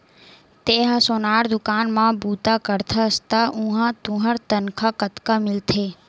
तेंहा सोनार दुकान म बूता करथस त उहां तुंहर तनखा कतका मिलथे?